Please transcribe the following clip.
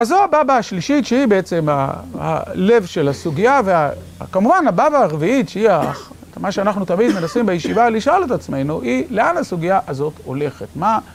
אז זו הבבא השלישית שהיא בעצם הלב של הסוגיה וכמובן הבבא הרביעית, שהיא מה שאנחנו תמיד מנסים בישיבה לשאול את עצמנו, היא לאן הסוגיה הזאת הולכת. מה...